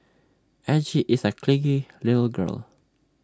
Angie is A clingy little girl